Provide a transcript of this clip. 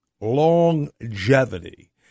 Longevity